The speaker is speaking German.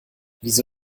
wieso